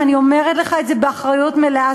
אני אומרת לך את זה באחריות מלאה,